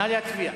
נא להצביע.